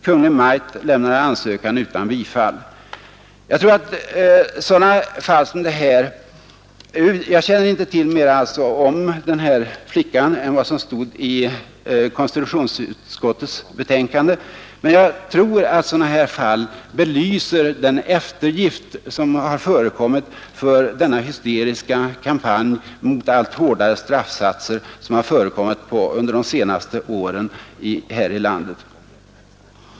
Kungl. Maj:t lämnade ansökan utan bifall.” Jag känner inte till mer om denna flicka än vad som står i konstitutionsutskottets betänkande, men jag tror att ett fall som detta belyser den eftergift som har gjorts åt den hysteriska kampanj för allt hårdare straffsatser som har förekommit under de senaste åren här i landet.